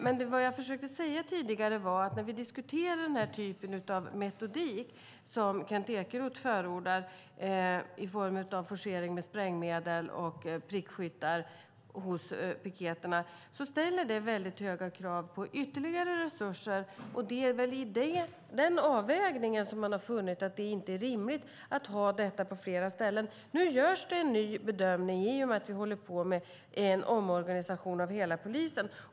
Men vad jag försökte säga tidigare var att när vi diskuterar den typ av metodik som Kent Ekeroth förordar i form av forcering med sprängmedel och prickskyttar hos piketerna ställer det höga krav på ytterligare resurser. Det är i denna avvägning som man har funnit att det inte är rimligt att ha detta på flera ställen. Nu görs en ny bedömning i och med att vi håller på med en omorganisation av hela polisen.